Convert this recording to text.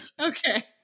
Okay